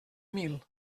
mil